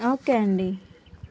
okay అండి